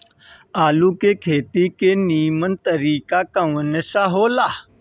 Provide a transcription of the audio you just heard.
आलू के खेती के नीमन तरीका कवन सा हो ला?